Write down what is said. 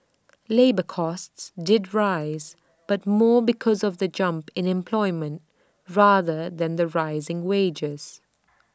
labour costs did rise but more because of the jump in employment rather than the rising wages